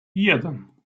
jeden